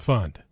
Fund